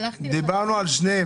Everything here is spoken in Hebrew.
דיברנו על שניהם.